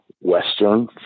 Western